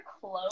clothes